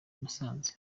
musanze